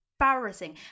embarrassing